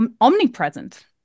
omnipresent